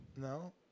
No